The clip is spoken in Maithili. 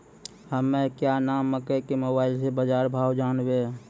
हमें क्या नाम मकई के मोबाइल से बाजार भाव जनवे?